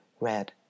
red